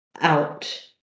out